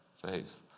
faith